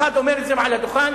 אחד אומר את זה מעל הדוכן,